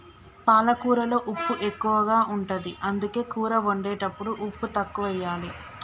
పాలకూరలో ఉప్పు ఎక్కువ ఉంటది, అందుకే కూర వండేటప్పుడు ఉప్పు తక్కువెయ్యాలి